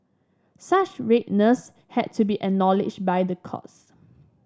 such redress had to be acknowledged by the courts